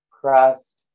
crust